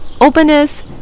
openness